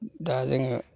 दा जोङो